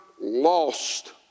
lost